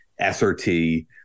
SRT